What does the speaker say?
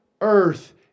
earth